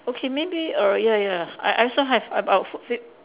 okay maybe err ya ya I I also have about four